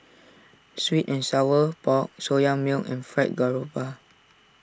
Sweet and Sour Pork Soya Milk and Fried Garoupa